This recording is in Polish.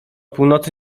północy